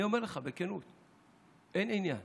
אני אומר לך בכנות, אין עניין